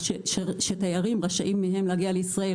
המדינות שתיירים רשאים מהם להגיע כרגע לישראל